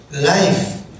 life